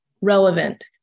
relevant